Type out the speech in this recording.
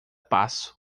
passo